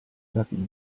cabine